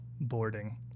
boarding